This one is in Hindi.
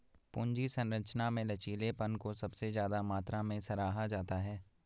पूंजी संरचना में लचीलेपन को सबसे ज्यादा मात्रा में सराहा जाता है